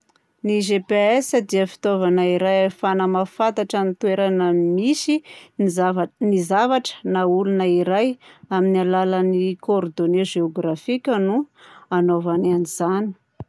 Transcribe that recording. Ny GPS dia fitaovana iray ahafahana mahafantatra ny toerana misy ny zava- ny zavatra na olona iray. Amin'ny alalan'ny cordonnés géographique no hanaovany an'izany.